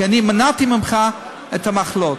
כי מנעתי ממך את המחלות.